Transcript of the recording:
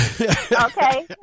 Okay